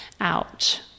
out